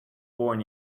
born